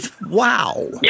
wow